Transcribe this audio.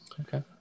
Okay